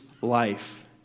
life